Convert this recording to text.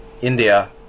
India